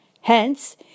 Hence